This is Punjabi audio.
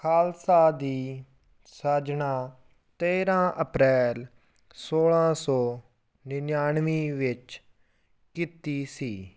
ਖਾਲਸਾ ਦੀ ਸਾਜਣਾ ਤੇਰਾਂ ਅਪ੍ਰੈਲ ਸੋਲਾਂ ਸੌ ਨਿਨਆਣਵੇਂ ਵਿੱਚ ਕੀਤੀ ਸੀ